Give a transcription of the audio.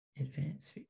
Advanced